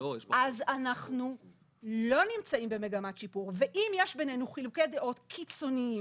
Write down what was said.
אז אנחנו לא נמצאים במגמת שיפור ואם יש ביננו חילוקי דעות קיצוניים,